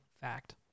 fact